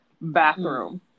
bathroom